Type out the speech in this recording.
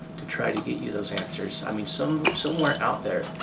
to try to get you those answers. i mean, so somewhere out there,